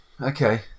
okay